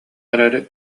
эрээри